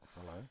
Hello